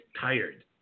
tired